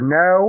no